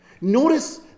Notice